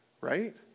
Right